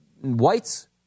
whites